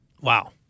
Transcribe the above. Wow